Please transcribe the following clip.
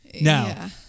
Now